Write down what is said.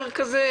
יותר כזה,